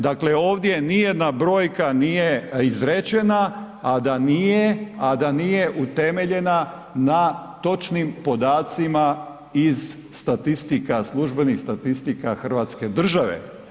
Dakle, ovdje nijedna brojka nije izrečena, a da nije, a da nije utemeljena na točnim podacima iz statistika, službenih statistika Hrvatske države.